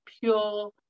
pure